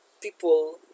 people